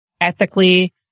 ethically